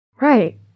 right